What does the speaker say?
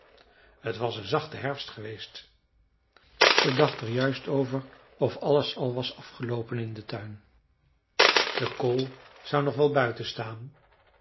t was een zachte herfst geweest ze dacht er juist over of alles al was afgeloopen in den tuin de kool zou nog wel buiten staan